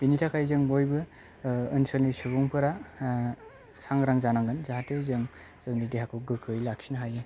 बिनि थाखाय जों बयबो ओनसोलनि सुबुंफोरा सांग्रां जानांगोन जाहाथे जों जोंनि देहाखौ गोग्गोयै लाखिनो हायो